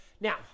now